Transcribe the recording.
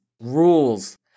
rules